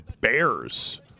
bears